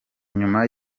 nyuma